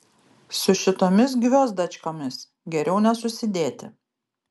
su šitomis gviozdačkomis geriau nesusidėti